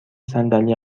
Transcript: صندلی